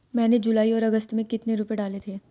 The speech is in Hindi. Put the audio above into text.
मैंने जुलाई और अगस्त में कितने रुपये डाले थे?